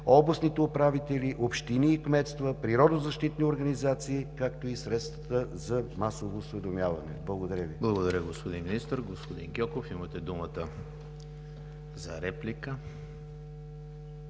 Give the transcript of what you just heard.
областните управители, общини и кметства, природозащитни организации, както и средствата за масово осведомяване. Благодаря Ви. ПРЕДСЕДАТЕЛ ЕМИЛ ХРИСТОВ: Благодаря Ви, господин Министър. Господин Гьоков, имате думата за реплика.